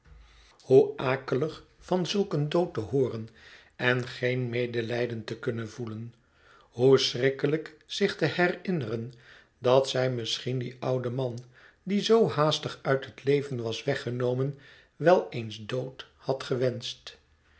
hoe akelig van zulk een dood te hooren en geen medelijden te kunnen gevoelen hoe schrikkelijk zich te herinneren dat zij misschien dien ouden man die zoo haastig uit het leven was weggenomen wel eens dood had gewenscht